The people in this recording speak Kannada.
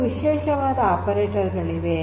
ಕೆಲವು ವಿಶೇಷವಾದ ಆಪರೇಟರ್ ಗಳಿವೆ